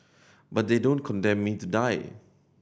but they don't condemn me to die